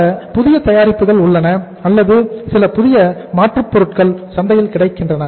சில புதிய தயாரிப்புகள் உள்ளன அல்லது சில புதிய மாற்றுப் பொருட்கள் சந்தையில் கிடைக்கின்றன